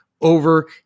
over